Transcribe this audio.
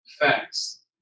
facts